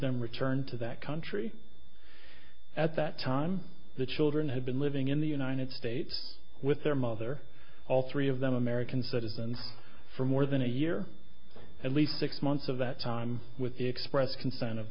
them returned to that country at that time the children had been living in the united states with their mother all three of them american citizens for more than a year at least six months of that time with the express consent of